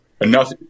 enough